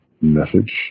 message